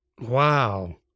Wow